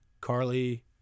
Carly